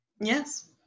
Yes